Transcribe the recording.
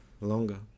longer